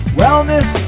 wellness